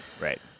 Right